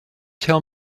tell